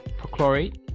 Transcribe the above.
perchlorate